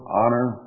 honor